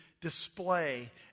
display